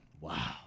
Wow